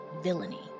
villainy